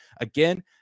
again